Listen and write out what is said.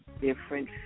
different